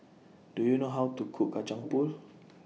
Do YOU know How to Cook Kacang Pool